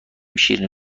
شیرینی